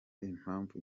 impamvu